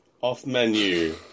off-menu